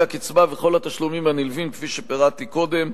הקצבה וכל התשלומים הנלווים כפי שפירטתי קודם.